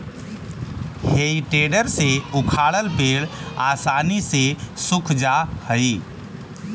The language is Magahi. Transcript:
हेइ टेडर से उखाड़ल पेड़ आसानी से सूख जा हई